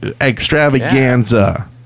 extravaganza